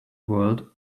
world